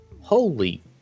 Holy